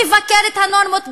מבקר את הנורמות,